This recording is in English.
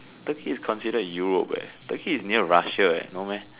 Turkey is considered Europe eh Turkey is near Russia eh no meh